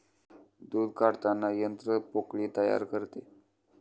दूध काढताना यंत्र पोकळी तयार करते